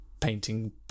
painting